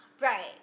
right